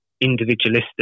individualistic